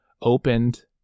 opened